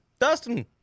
Dustin